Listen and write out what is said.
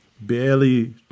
barely